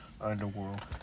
Underworld